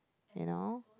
you know